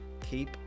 Keep